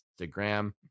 Instagram